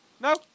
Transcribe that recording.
No